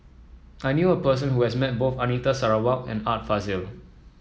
I knew a person who has met both Anita Sarawak and Art Fazil